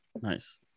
Nice